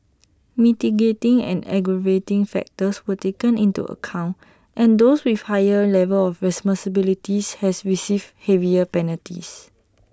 mitigating and aggravating factors were taken into account and those with higher level of responsibilities has received heavier penalties